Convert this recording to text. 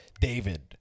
David